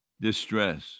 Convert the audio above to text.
distress